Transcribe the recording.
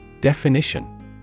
Definition